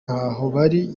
ntahobali